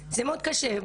זה מאוד קשה,